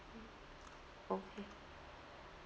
okay